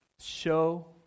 show